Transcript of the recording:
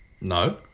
No